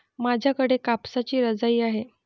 माझ्याकडे कापसाची रजाई आहे